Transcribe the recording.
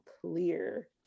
clear